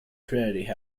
trinity